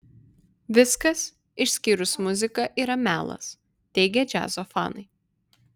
viskas išskyrus muziką yra melas teigia džiazo fanai